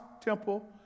temple